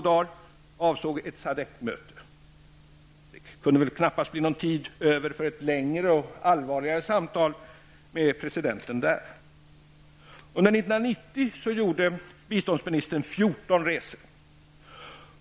Det blev väl knappast tid över för ett längre, allvarligare samtal med presidenten. Under 1990 gjorde biståndsministern 14 resor.